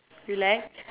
relax